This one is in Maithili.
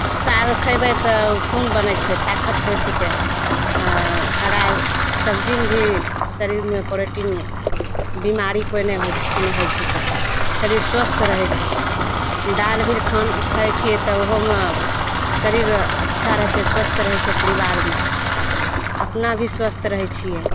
साग खयबै तऽ खून बनैत छै ताकत होएत छिकै आ हरा सबजीमे भी शरीरमे प्रोटीन बीमारी कोइ नहि होएत छै कोनो होएत छिकै शरीर स्वस्थ रहैत छै दालि भी खान खाइत छियै तऽ ओहोमे शरीर अच्छा रहैत छै स्वस्थ्य रहैत छै परिबारमे अपना भी स्वस्थ्य रहैत छियै